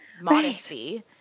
modesty